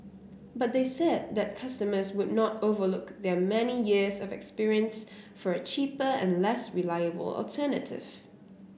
but they said that customers would not overlook their many years of experience for a cheaper and less reliable alternative